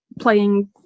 playing